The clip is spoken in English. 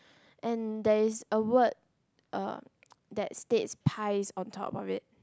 and there is a word uh that states pies on top of it